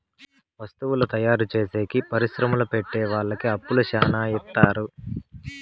వత్తువుల తయారు చేసేకి పరిశ్రమలు పెట్టె వాళ్ళకి అప్పు శ్యానా ఇత్తారు